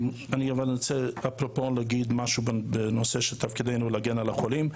אני רוצה להגיד משהו בנושא תפקידנו להגן על החולים.